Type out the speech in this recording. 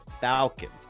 Falcons